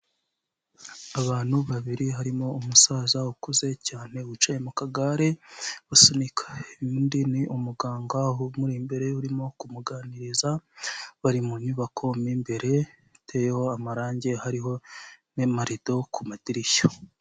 Abantu babiri harimo umusaza ukuze cyane wicaye mu kagare usunika, undi ni umuganga umuri imbere urimo kumuganiriza, bari mu nyubako mu imbere iteyeho amarange, hariho n'amarido ku madirishya.